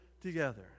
together